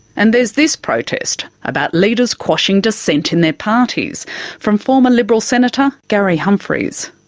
and there's this protest about leaders quashing dissent in their parties from former liberal senator gary humphries.